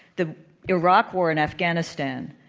the iraq war and afghanistan,